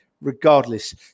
regardless